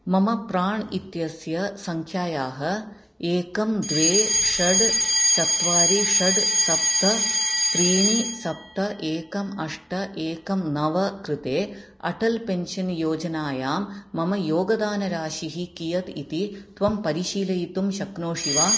मम प्राण् इत्यस्य सङ्ख्यायाः एकं द्वे षड् चत्वारि षड् सप्त त्रीणि सप्त एकम् अष्ट एकं नव कृते अटल् पेन्शन् योजनायां मम योगदानराशिः कियत् इति त्वं परिशीलयितुं शक्नोषि वा